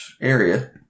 area